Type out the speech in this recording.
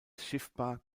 schiffbar